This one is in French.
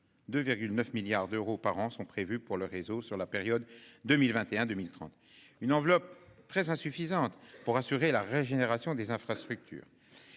2 9 milliards d'euros par an sont prévus pour le réseau sur la période 2021 2030. Une enveloppe très insuffisante pour assurer la régénération des infrastructures.